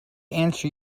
answer